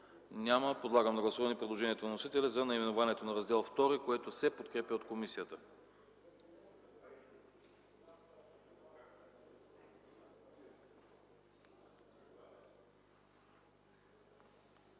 Няма. Подлагам на гласуване предложението на вносителя за наименованието на Раздел ІІІ, което се подкрепя от комисията.